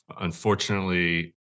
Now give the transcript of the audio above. unfortunately